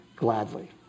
gladly